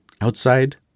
outside